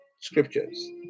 scriptures